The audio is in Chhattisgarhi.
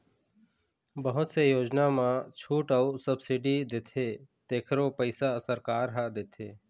बहुत से योजना म छूट अउ सब्सिडी देथे तेखरो पइसा सरकार ह देथे